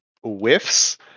whiffs